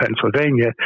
Pennsylvania